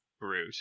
brute